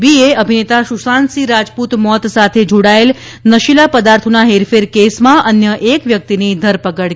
BA અભિનેતા સુશાંત સિંહ રાજપૂત મોત સાથે જોડાયેલ નશીલા પદાર્થોના હેરફેર કેસમાં અન્ય એક વ્યક્તિની ધરપકડ કરી છે